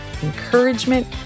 encouragement